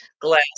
glass